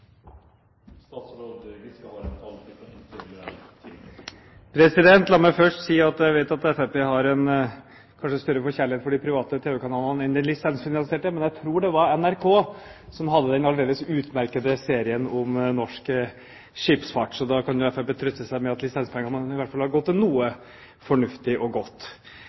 La meg først si at Fremskrittspartiet har kanskje en større forkjærlighet for de private tv-kanalene enn for den lisensfinansierte – men jeg tror det var NRK som hadde den aldeles utmerkede serien om norsk skipsfart. Så kan jo Fremskrittspartiet trøste seg med at lisenspengene i hvert fall har gått til noe fornuftig og godt.